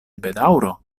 bedaŭro